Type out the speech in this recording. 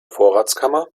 vorratskammer